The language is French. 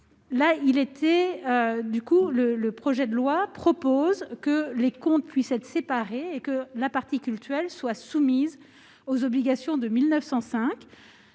le projet de loi prévoit que les comptes puissent être séparés et que la partie cultuelle soit soumise aux obligations de la